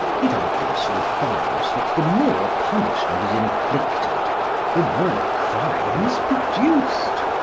it obviously follows that the more punishment is inflicted the more crime is produced,